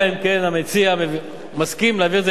אלא אם כן המציע מסכים להעביר את זה